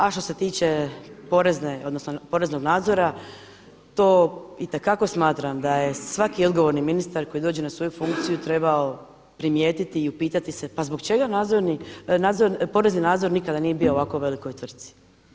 A što se tiče porezne, odnosno poreznog nadzora to itekako smatram da je svaki odgovorni ministar koji dođe na svoju funkciju trebao primijetiti i upitati se pa zbog čega porezni nadzor nikada nije bio u ovako velikoj tvrtci.